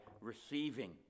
receiving